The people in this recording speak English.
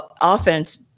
offense